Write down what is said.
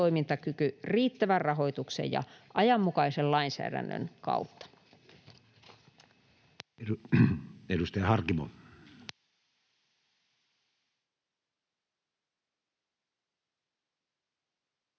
riittävän rahoituksen ja ajanmukaisen lainsäädännön kautta.